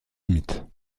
limites